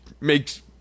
makes